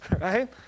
right